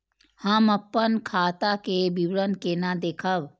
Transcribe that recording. हम अपन खाता के विवरण केना देखब?